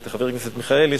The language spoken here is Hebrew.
את חבר הכנסת מיכאלי,